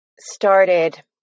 started